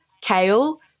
Kale